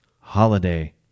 holiday